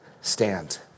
stand